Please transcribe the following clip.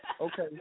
Okay